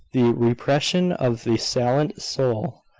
the repression of the salient soul?